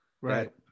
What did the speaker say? Right